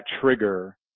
trigger